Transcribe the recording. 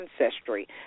ancestry